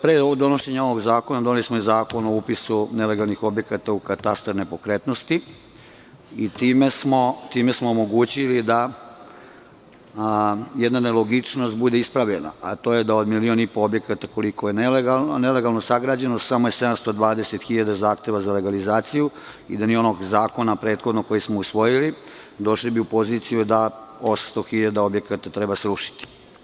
Pre donošenja ovog zakona, doneli smo i Zakon o upisu nelegalnih objekata u katastar nepokretnosti i time smo omogućili da jedna nelogičnost bude ispravljena, a to je da od milion i po objekata, koliko je nelegalno sagrađeno, samo je 720 hiljada zahteva za legalizaciju i da nije onog prethodnog zakona koji smo usvojili, došli bi u poziciju da 800 hiljada objekata treba srušiti.